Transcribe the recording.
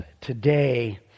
today